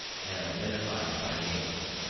and identified by names.